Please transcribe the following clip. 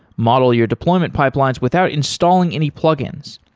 model your deployment pipelines without installing any plug-ins.